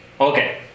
Okay